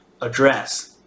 address